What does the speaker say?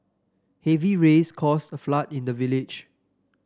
heavy rains caused a flood in the village